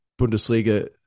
Bundesliga